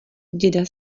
děda